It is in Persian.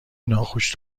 ناخوش